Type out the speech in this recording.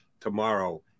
tomorrow